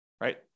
Right